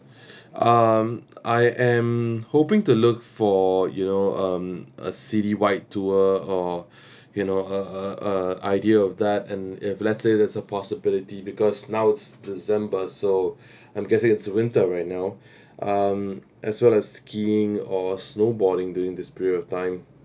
um I am hoping to look for you know um a citywide tour or you know a a a idea of that and if let's say there's a possibility because now it's december so I'm guessing it's winter right now um as well as skiing or snowboarding during this period of time